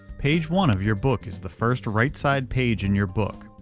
page one of your book is the first right side page in your book.